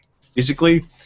physically